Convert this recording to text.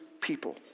people